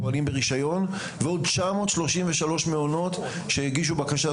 פועלים ברישיון ועוד 933 מעונות שהגישו בקשה,